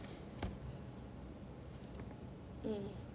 mm